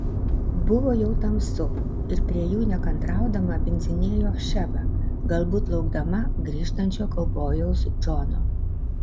buvo jau tamsu ir prie jų nekantraudama bindzinėjo šeba galbūt laukdama grįžtančio kaubojaus džono